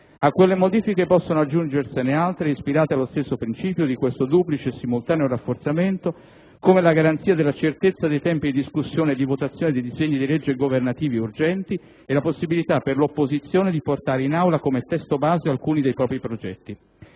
A quelle modifiche possono aggiungersene altre ispirate allo stesso principio di questo duplice e simultaneo rafforzamento, come la garanzia della certezza dei tempi di discussione e di votazione dei disegni di legge governativi urgenti e la possibilità per l'opposizione di portare in Aula come testo base alcuni dei propri progetti.